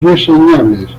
reseñables